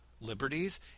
liberties